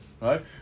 right